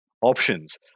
options